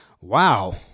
Wow